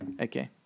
Okay